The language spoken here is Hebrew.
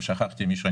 ואם שכחתי מישהו,